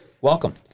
Welcome